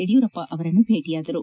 ಯಡಿಯೂರಪ್ಪ ಅವರನ್ನು ಭೇಟಿಯಾದರು